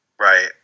Right